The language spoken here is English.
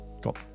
got